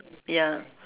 ya